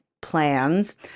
plans